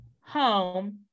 home